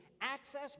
access